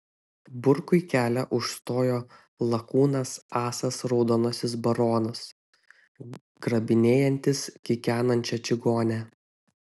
burkui kelią užstojo lakūnas asas raudonasis baronas grabinėjantis kikenančią čigonę